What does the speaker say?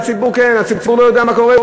הציבור לא יודע מה קורה.